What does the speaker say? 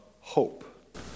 hope